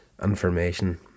information